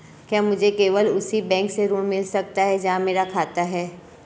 क्या मुझे केवल उसी बैंक से ऋण मिल सकता है जहां मेरा खाता है?